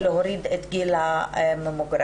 ולהוריד את גיל הממוגרפיה.